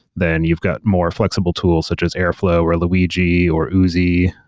then you've got more flexible tools such as airflow or luigi or oozie.